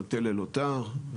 המטה ללוט"ר,